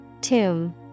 Tomb